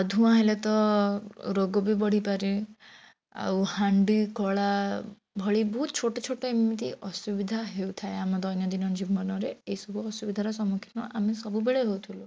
ଧୂଆଁ ହେଲେ ତ ରୋଗ ବି ବଢ଼ି ପାରେ ଆଉ ହାଣ୍ଡି କଳା ଭଳି ବହୁତ ଛୋଟ ଛୋଟ ଏମିତି ଅସୁବିଧା ହେଉଥାଏ ଆମ ଦୈନଦିନ ଜୀବନରେ ଏସବୁ ଅସୁବିଧାର ସମ୍ମୁଖୀନ ଆମେ ସବୁବେଳେ ହେଉଥିଲୁ